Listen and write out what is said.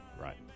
Right